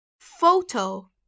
photo